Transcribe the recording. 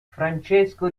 francesco